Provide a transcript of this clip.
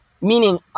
meaning